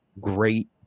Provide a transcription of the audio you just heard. great